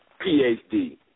PhD